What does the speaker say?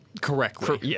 Correctly